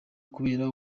kubera